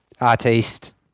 artist